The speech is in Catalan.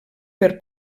per